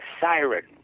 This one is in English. siren